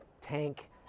tank